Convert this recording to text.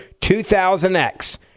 2000X